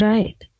Right